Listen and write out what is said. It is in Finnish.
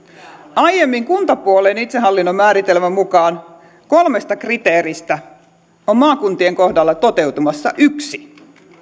aiemmin kuntapuolen itsehallinnon määritelmän mukaan kolmesta kriteeristä on maakuntien kohdalla toteutumassa yksi